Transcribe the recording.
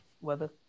weather